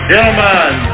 Gentlemen